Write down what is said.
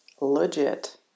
legit